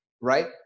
Right